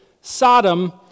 Sodom